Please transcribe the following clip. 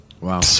Wow